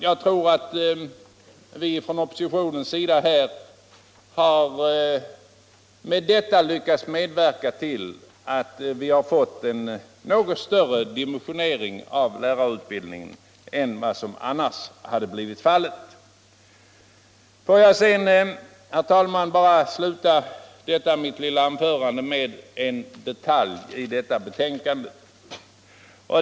Jag tror att vi från oppositionens sida härigenom lyckats medverka till en något större dimensionering av lärarutbildningen än vad som annars hade blivit fallet. Får jag, herr talman, sluta detta lilla anförande med att säga några ord om en detalj i betänkandet.